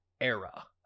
era